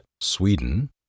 Sweden